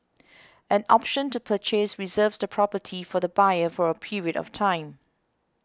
an option to purchase reserves the property for the buyer for a period of time